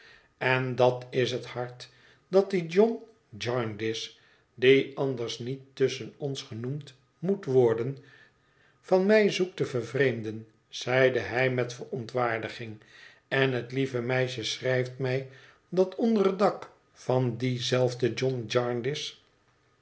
en dat is het hart dat die john jarndyce die anders niet tusschen ons genoemd moet worden van mij zoekt te vervreemden zeide hij met verontwaardiging en het lieve meisje schrijft mij dat onder het dak van dien zelfden john